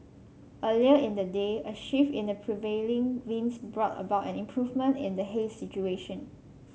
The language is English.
earlier in the day a shift in the prevailing winds brought about an improvement in the haze situation